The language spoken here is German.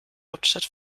hauptstadt